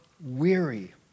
weary